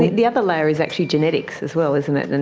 the the other layer is actually genetics as well, isn't it, and